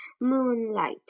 Moonlight